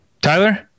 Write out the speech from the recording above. Tyler